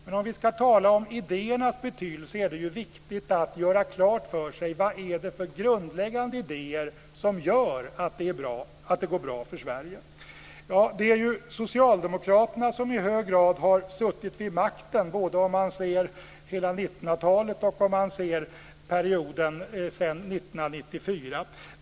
Men om vi ska tala om idéernas betydelse är det viktigt att vi gör klart för oss vilka grundläggande idéer det är som gör att det går bra för Sverige. Det är ju Socialdemokraterna som i hög grad har suttit vid makten. Man kan titta både på hela 1900-talet och på perioden sedan 1994.